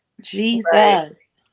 Jesus